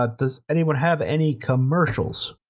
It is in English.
ah does anyone have any commercials?